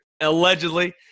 Allegedly